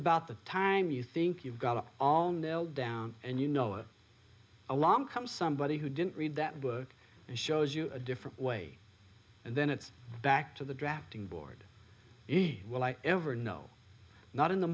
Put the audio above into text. about the time you think you've got it all knelt down and you know it along comes somebody who didn't read that book and shows you a different way and then it's back to the drafting board will i ever know not in the